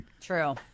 True